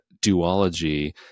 duology